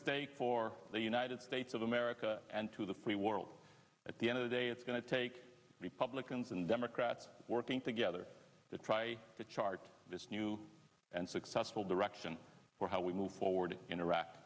stake for the united states of america and to the free world at the end of the day it's going to take republicans and democrats working together to try to chart this new and successful direction for how we move forward in iraq